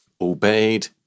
obeyed